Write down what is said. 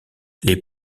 les